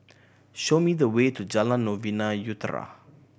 show me the way to Jalan Novena Utara